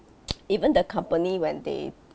even the company when they